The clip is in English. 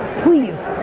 please,